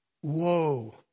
Whoa